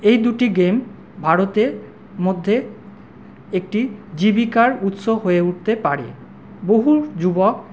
এই দুটি গেম ভারতে মধ্যে একটি জীবিকার উৎস হয়ে উঠতে পারে বহু যুবক